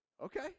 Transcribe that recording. okay